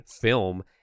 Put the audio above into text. film